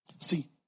See